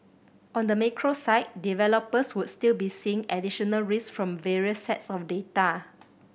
on the macro side developers would still be seeing additional risk from various sets of data